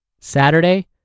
Saturday